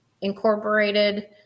incorporated